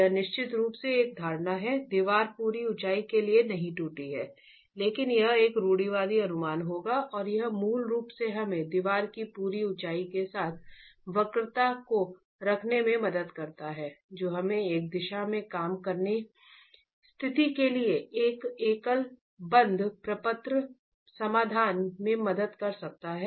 यह निश्चित रूप से एक धारणा है दीवार पूरी ऊंचाई के लिए नहीं टूटी है लेकिन यह एक रूढ़िवादी अनुमान होगा और यह मूल रूप से हमें दीवार की पूरी ऊंचाई के साथ वक्रता को रखने में मदद करता है जो हमें एक दिशा में काम करने स्थिति के लिए एकल बंद प्रपत्र समाधान में मदद कर सकता है